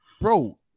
bro